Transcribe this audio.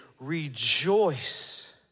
rejoice